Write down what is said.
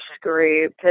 group